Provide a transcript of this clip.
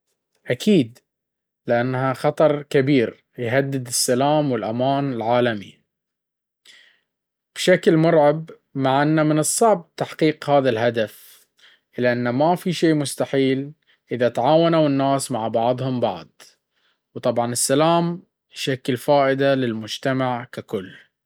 أكيد، لأنها خطر كبير يهدد السلام والأمان العالمي بشكل مرعب معى انه من الصعب تحقيق هذا الهدف الى انه ما شي مستحيل اذا تعاونو الناس معى بعضهم بعض.